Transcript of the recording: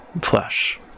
flesh